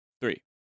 Three